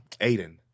Aiden